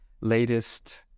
latest